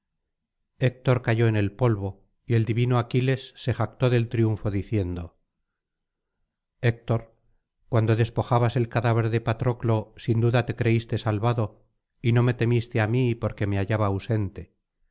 héctor cayó en el polvo y el divino aquiles se jactó del triunfo diciendo héctor cuando despojabas el cadáver de patroclo sin duda te creíste salvado y no me temiste á mí porque me hallaba ausente